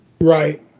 right